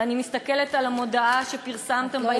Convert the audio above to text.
ואני מסתכלת על המודעה שפרסמתם בעיתון,